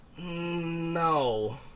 no